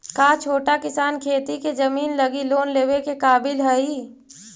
का छोटा किसान खेती के जमीन लगी लोन लेवे के काबिल हई?